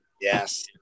Yes